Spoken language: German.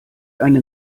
eine